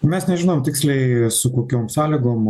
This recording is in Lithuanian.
mes nežinom tiksliai su kokiom sąlygom a